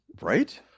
Right